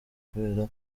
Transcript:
kubera